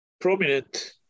prominent